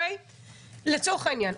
לצורך העניין.